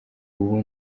ubu